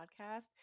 podcast